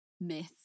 myth